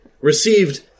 received